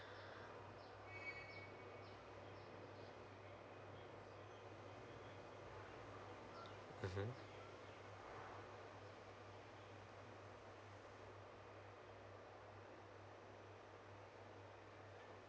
mmhmm